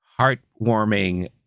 heartwarming